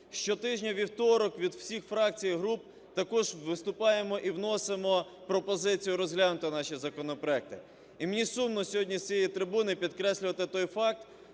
Щотижня у вівторок від всіх фракцій і груп також виступаємо і вносимо пропозицію розглянути наші законопроекти. І мені сумно сьогодні з цієї трибуни підкреслювати той факт,